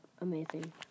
amazing